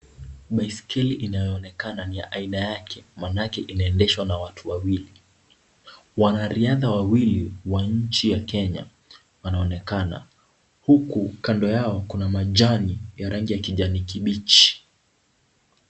Baiskeli inayoonekana ni ya aina yake manaake inaendeshwa na watu wawili. Wanariadha wawili wa nchi ya Kenya, wanaokena huku kando yao kuna majani ya rangi ya kijani kibichi.